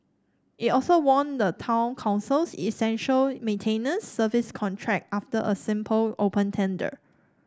it also won the Town Council's essential maintenance service contract after a simple open tender